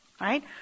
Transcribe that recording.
right